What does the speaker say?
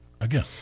Again